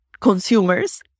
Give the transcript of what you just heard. consumers